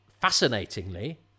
Fascinatingly